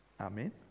Amen